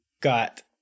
got